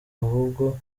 ahubwo